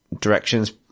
directions